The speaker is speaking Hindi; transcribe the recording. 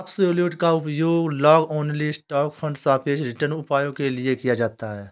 अब्सोल्युट का उपयोग लॉन्ग ओनली स्टॉक फंड सापेक्ष रिटर्न उपायों के लिए किया जाता है